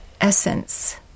essence